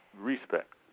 Respect